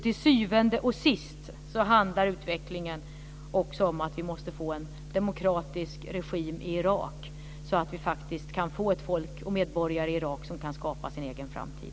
Till syvende och sist handlar utvecklingen också om att vi måste få en demokratisk regim i Irak, så att medborgare i Irak kan skapa sin egen framtid.